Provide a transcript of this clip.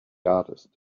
artist